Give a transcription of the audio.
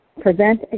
prevent